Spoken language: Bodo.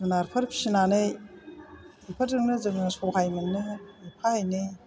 जुनारफोर फिनानै बेफोरजोंनो जोङो सहाय मोनो एफा एनै